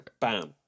bam